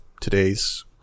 today's